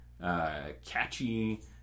catchy